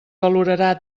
valorarà